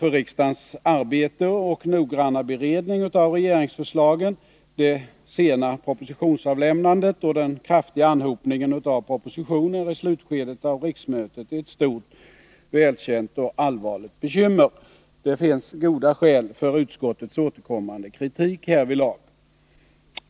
för riksdagens arbete och noggranna beredning av regeringsförslagen det sena propositionsavlämnandet och den kraftiga anhopningen av propositioner i slutskedet av riksmötet ett stort, välkänt och allvarligt bekymmer. Det finns goda skäl för utskottets återkommande kritik härvidlag.